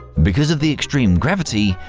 because of the extreme gravity,